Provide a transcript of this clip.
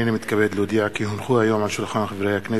הנני מתכבד להודיע כי הונחו היום על שולחן הכנסת,